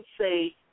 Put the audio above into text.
say